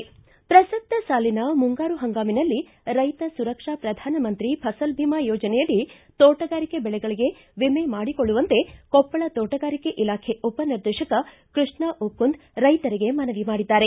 ಪ್ರಸಕ್ತ ಸಾಲಿನ ಮುಂಗಾರು ಪಂಗಾಮಿನಲ್ಲಿ ರೈಕ ಸುರಕ್ಷಾ ಪ್ರಧಾನಮಂತ್ರಿ ಫಸಲ್ ಭೀಮಾ ಯೋಜನೆಯಡಿ ತೋಟಗಾರಿಕೆ ಬೆಳೆಗಳ ವಿಮ ಮಾಡಿಕೊಳ್ಳುವಂತೆ ಕೊಪ್ಪಳ ಕೋಟಗಾರಿಕೆ ಇಲಾಖೆ ಉಪನಿರ್ದೇಶಕ ಕೃಷ್ಣ ಉಕ್ಕುಂದ ರೈತರಿಗೆ ಮನವಿ ಮಾಡಿದ್ದಾರೆ